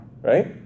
right